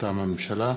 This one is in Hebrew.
מטעם הממשלה: